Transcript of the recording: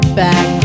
back